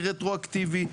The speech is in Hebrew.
רטרואקטיבי,